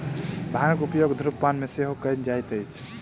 भांगक उपयोग धुम्रपान मे सेहो कयल जाइत अछि